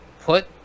put